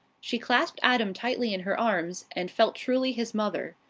she clasped adam tightly in her arms, and felt truly his mother.